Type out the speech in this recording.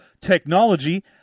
technology